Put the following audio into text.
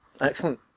Excellent